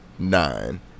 Nine